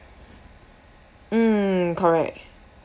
mm correct